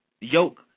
yoke